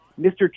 Mr